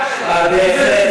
בבדיקה שלו.